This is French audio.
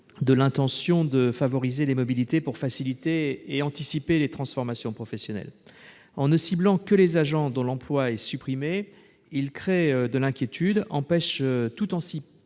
de l'intention de favoriser les mobilités pour faciliter et anticiper les transformations professionnelles. En ne ciblant que les agents dont l'emploi est supprimé, cet article est de nature à